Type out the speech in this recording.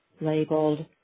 labeled